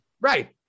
right